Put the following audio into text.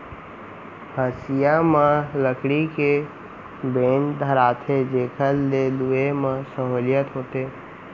हँसिया म लकड़ी के बेंट धराथें जेकर ले लुए म सहोंलियत होथे